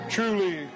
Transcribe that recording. Truly